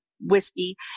whiskey